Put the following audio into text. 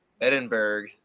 Edinburgh